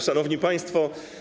Szanowni Państwo!